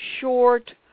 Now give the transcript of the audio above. short